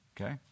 Okay